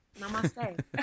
Namaste